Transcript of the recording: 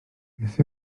beth